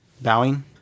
bowing